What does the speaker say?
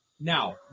Now